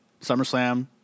SummerSlam